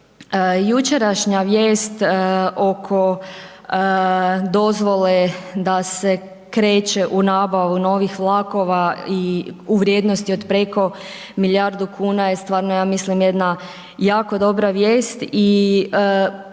Jučerašnja vijest oko dozvole da se kreće u nabavu novih vlakova i u vrijednosti od preko milijardu kuna je stvarno ja mislim jedna jako dobra vijest